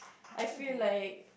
I feel like